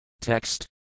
Text